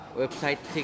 website